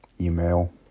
email